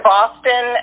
Boston